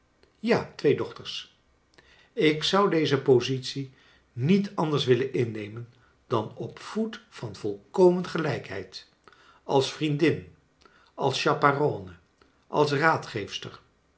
ja twee dochters ik zou deze positie niet anders willen innemen dan op voet van volkomen gelijkheid als vriendin als chaperonne als raadgeefster